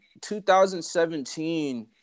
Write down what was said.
2017